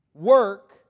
Work